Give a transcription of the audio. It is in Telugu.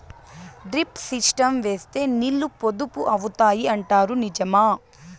డ్రిప్ సిస్టం వేస్తే నీళ్లు పొదుపు అవుతాయి అంటారు నిజమా?